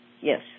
Yes